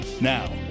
Now